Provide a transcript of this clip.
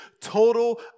total